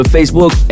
Facebook